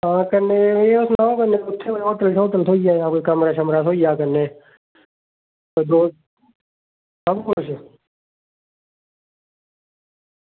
हां कन्नै मिगी एह् सनाओ उत्थें होटल शोटल थ्होई जाह्ग जां कोई कमरा थ्होई जा कन्नै ते सबकुछ